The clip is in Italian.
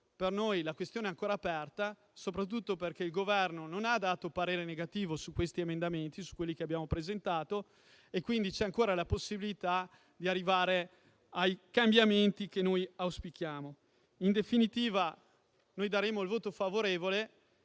Per noi la questione è ancora aperta, soprattutto perché il Governo non ha dato parere negativo su questi emendamenti, quelli che abbiamo presentato. Quindi, c'è ancora la possibilità di arrivare ai cambiamenti che noi auspichiamo. In definitiva, noi esprimeremo un voto favorevole.